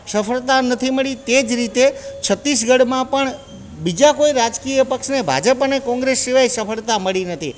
સફળતા નથી મળી તે જ રીતે છત્તીસગઢમાં પણ બીજા કોઈ રાજકીય પક્ષને ભાજપ અને કોંગ્રેસ સિવાય સફળતા મળી નથી